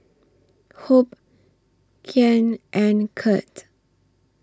Hope Kyan and Curt